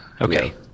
okay